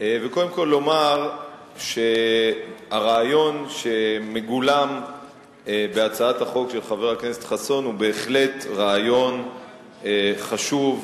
ולומר שהרעיון שמגולם בה הוא בהחלט רעיון חשוב,